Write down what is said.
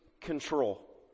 control